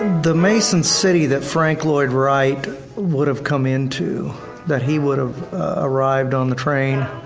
the mason city that frank lloyd wright would have come into that he would have arrived on the train